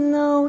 no